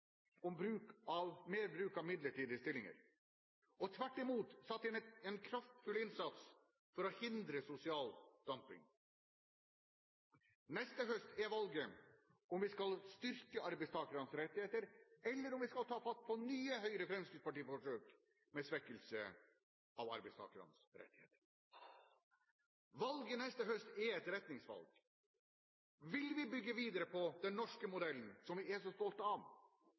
mer bruk av midlertidige stillinger og tvert imot satt inn en kraftfull innsats for å hindre sosial dumping. Neste høst er valget om vi skal styrke arbeidstakernes rettigheter, eller om vi skal ta fatt på nye Høyre–Fremskrittsparti-forsøk, med svekkelse av arbeidstakernes rettigheter. Valget neste høst er et retningsvalg. Vil vi bygge videre på den norske modellen som vi er så stolte av,